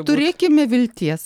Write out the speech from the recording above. turėkime vilties